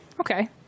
Okay